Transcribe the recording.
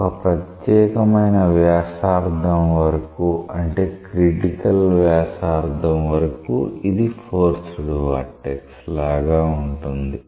ఒక ప్రత్యేకమైన వ్యాసార్థం వరకు అంటే క్రిటికల్ వ్యాసార్థం వరకు ఇది ఫోర్స్డ్ వొర్టెక్స్ లాగా ఉంటుంది